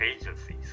agencies